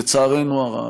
לצערנו הרב,